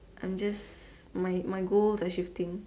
I am just my my goal are shifting